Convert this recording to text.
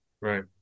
Right